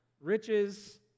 riches